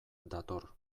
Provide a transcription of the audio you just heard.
dator